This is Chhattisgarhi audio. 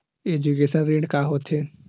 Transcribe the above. एजुकेशन ऋण का होथे?